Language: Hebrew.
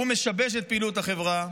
הוא משבש את פעילות החברה,